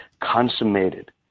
consummated